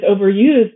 overused